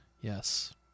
Yes